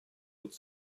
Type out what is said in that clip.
would